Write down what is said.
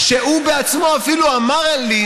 שהוא בעצמו אפילו אמר לי,